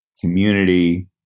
community